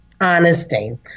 Honesty